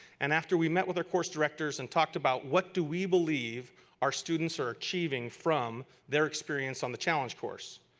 and after we met with our course directors and talked about what do we believe our students are achieving from their experience on the challenge course,